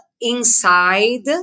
inside